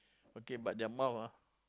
okay but their mouth ah